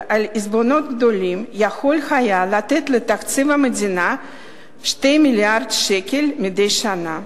גדולים יכול היה לתת לתקציב המדינה 2 מיליארד שקל מדי שנה.